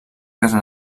casa